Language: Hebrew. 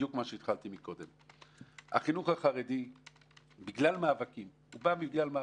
החינוך החרדי בא בגלל מאבקים,